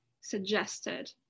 suggested